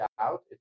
out